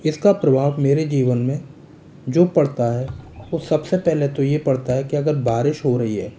इसका प्रभाव मेरे जीवन में जो पड़ता है वह सबसे पहले तो यह पड़ता है कि अगर बारिश हो रही है